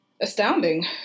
Astounding